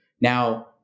now